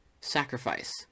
sacrifice